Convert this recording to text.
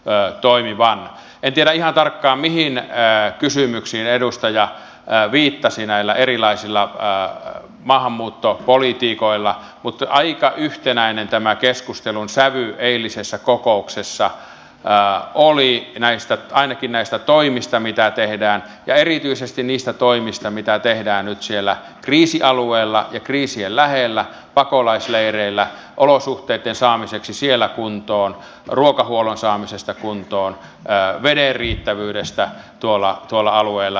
en tiedä ihan tarkkaan mihin kysymyksiin edustaja viittasi näillä erilaisilla maahanmuuttopolitiikoilla mutta aika yhtenäinen tämä keskustelun sävy eilisessä kokouksessa oli ainakin näistä toimista mitä tehdään ja erityisesti niistä toimista mitä tehdään nyt siellä kriisialueella ja kriisien lähellä pakolaisleireillä olosuhteitten saamiseksi siellä kuntoon ruokahuollon saamiseksi kuntoon veden riittämiseksi tuolla alueella ja niin edespäin